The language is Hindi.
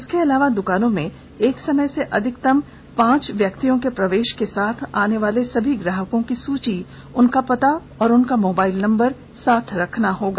इसके अलावा द्वकानों में एक समय में अधिकतम पांच व्यक्तियों के प्रवेश के साथ आने वाले सभी ग्राहकों की सुची उनके पता और मोबाइल नंबर के साथ रखना होगा